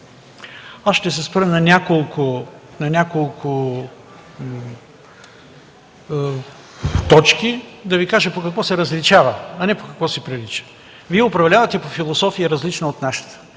Аз ще се спра на няколко точки и ще Ви кажа по какво се различава, а не по какво си прилича. Вие управлявате по философия, различна от нашата.